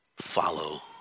follow